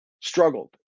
struggled